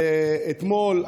אתמול,